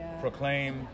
proclaim